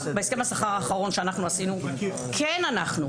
בהסכם השכר האחרון שאנחנו עשינו כן אנחנו,